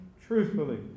truthfully